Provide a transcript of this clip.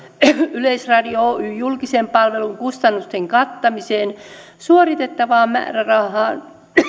yleisradio oyn julkisen palvelun kustannusten kattamiseen suoritettavaan määrärahaan